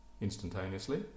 instantaneously